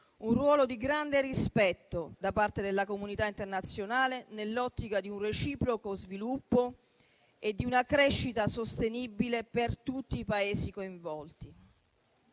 un ruolo di grande rispetto da parte della comunità internazionale, nell'ottica di un reciproco sviluppo e di una crescita sostenibile per tutti i Paesi coinvolti.